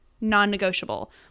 non-negotiable